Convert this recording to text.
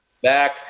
back